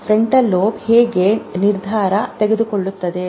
frontal lobe ಹೇಗೆ ನಿರ್ಧಾರ ತೆಗೆದುಕೊಳ್ಳುತ್ತದೆ